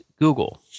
Google